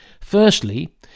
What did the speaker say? Firstly